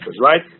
right